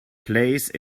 place